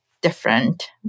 different